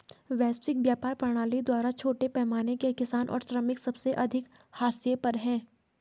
वैश्विक व्यापार प्रणाली द्वारा छोटे पैमाने के किसान और श्रमिक सबसे अधिक हाशिए पर हैं